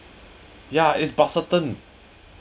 ya is